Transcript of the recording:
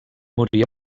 moria